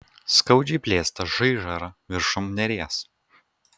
skaudžiai blėsta žaižara viršum neries